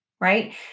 right